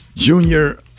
Junior